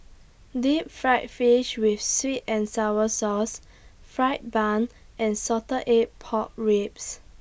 Deep Fried Fish with Sweet and Sour Sauce Fried Bun and Salted Egg Pork Ribs